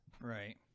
Right